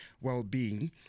well-being